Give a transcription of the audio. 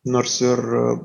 nors ir